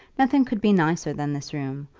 nothing could be nicer than this room,